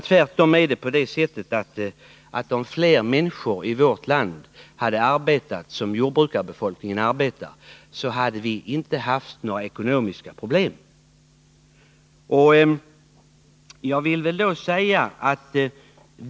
Tvärtom är det så att om fler människor i vårt land hade arbetat som jordbrukarbefolkningen arbetar, så hade vi inte haft några ekonomiska problem i vårt land.